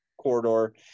corridor